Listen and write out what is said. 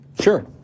Sure